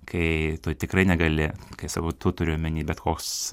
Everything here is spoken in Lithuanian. kai tu tikrai negali kai sakau tu turiu omeny bet koks